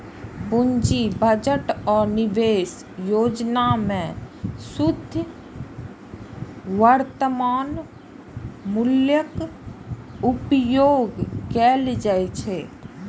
पूंजी बजट आ निवेश योजना मे शुद्ध वर्तमान मूल्यक उपयोग कैल जाइ छै